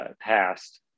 passed